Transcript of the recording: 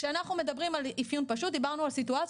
כשאנחנו מדברים על אפיון פשוט דיברנו על סיטואציה